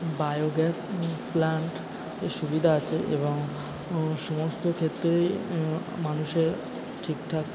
biogas প্লান্টে সুবিধা আচে এবং সমস্ত ক্ষেত্রেই মানুষের ঠিকঠাক